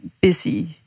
busy